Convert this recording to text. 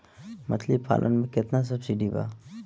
मछली पालन मे केतना सबसिडी बा?